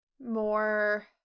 more